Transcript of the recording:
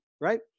right